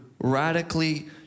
radically